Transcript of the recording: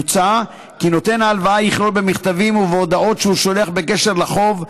מוצע כי נותן ההלוואה יכלול במכתבים ובהודעות שהוא שולח בקשר לחוב,